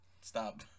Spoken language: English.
stop